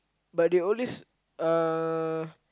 but they always uh